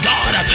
God